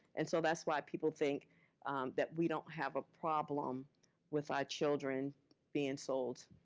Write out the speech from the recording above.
and so that's why people think that we don't have a problem with our children being sold.